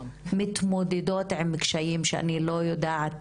שמתמודדות עם קשיים שאני לא יודעת